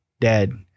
dead